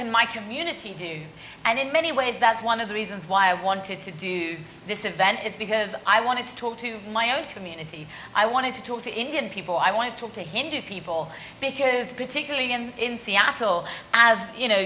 in my community do and in many ways that's one of the reasons why i wanted to do this event is because i wanted to talk to my own community i wanted to talk to indian people i want to talk to hindus people because particularly i'm in seattle as you know